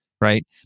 Right